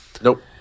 Nope